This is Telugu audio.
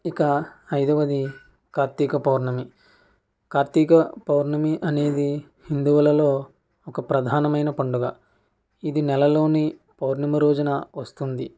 ఇక ఐదవది కార్తీక పౌర్ణమి కార్తీక పౌర్ణమి అనేది హిందువులలో ఒక ప్రధానమైన పండుగ ఇది నెలలోని పౌర్ణమి రోజున వస్తుంది